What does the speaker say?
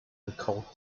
record